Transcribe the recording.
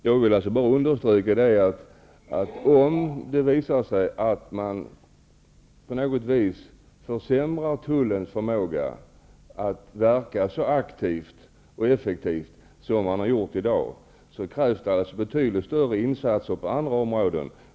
Herr talman! Jag vill bara understryka att om det visar sig att man på något vis försämrar tullens förmåga att verka aktivt och effektivt krävs det betydligt större insatser på andra områden.